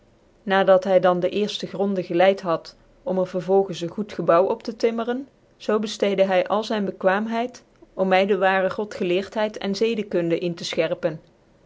dat hy dan dc cerfte gronde geleid had om er vervolgens een goed gebouw op te timmeren zoo bcltccdc hy al zyn bekwaamheid om my de waare godgclecrthcid en zcdckundc in rc